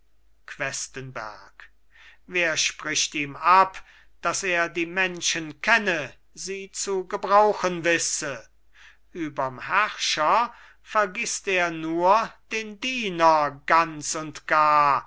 questenberg wer spricht ihm ab daß er die menschen kenne sie zu gebrauchen wisse überm herrscher vergißt er nur den diener ganz und gar